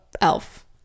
elf